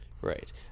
right